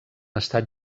estat